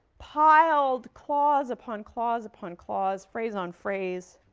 piled clause upon clause upon clause, phrase on phrase,